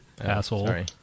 Asshole